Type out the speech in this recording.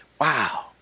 wow